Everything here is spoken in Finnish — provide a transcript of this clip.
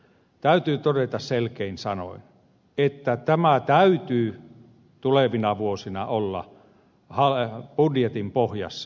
täytyy todeta selkein sanoin että tämän täytyy tulevina vuosina olla budjetin pohjassa